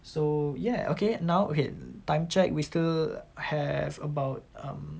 so ya okay now okay time check we still have about um